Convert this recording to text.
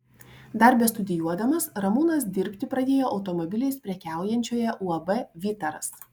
dar bestudijuodamas ramūnas dirbti pradėjo automobiliais prekiaujančioje uab vytaras